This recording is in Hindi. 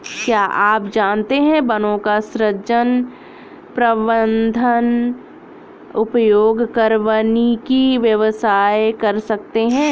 क्या आप जानते है वनों का सृजन, प्रबन्धन, उपयोग कर वानिकी व्यवसाय कर सकते है?